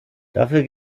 dafür